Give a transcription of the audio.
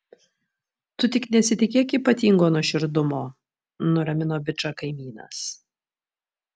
tu tik nesitikėk ypatingo nuoširdumo nuramino bičą kaimynas